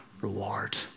reward